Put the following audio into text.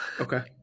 Okay